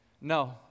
No